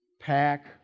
Pack